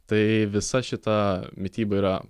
tai visa šita mityba yra